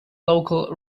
local